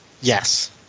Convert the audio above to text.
Yes